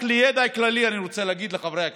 רק לידע כללי, אני רוצה להגיד לחברי הכנסת: